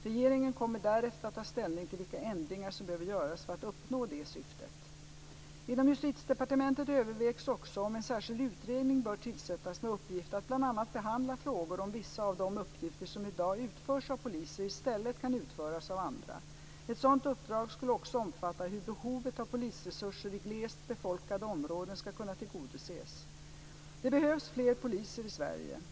Regeringen kommer därefter att ta ställning till vilka ändringar som behöver göras för att uppnå det syftet. Inom Justitiedepartementet övervägs också om en särskild utredning bör tillsättas med uppgift att bl.a. behandla frågor om vissa av de uppgifter som i dag utförs av poliser i stället kan utföras av andra. Ett sådant uppdrag skulle också omfatta hur behovet av polisresurser i glest befolkade områden ska kunna tillgodoses. Det behövs fler poliser i Sverige.